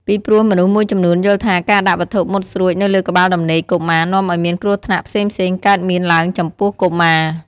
ពីព្រោះមនុស្សមួយចំនួនយល់ថាការដាក់វត្ថុមុតស្រួចនៅលើក្បាលដំណេកកុមារនាំឲ្យមានគ្រោះថ្នាក់ផ្សេងៗកើតមានឡើងចំពោះកុមារ។